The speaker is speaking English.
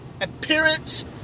appearance